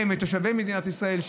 מתושבי מדינת ישראל,